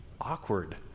awkward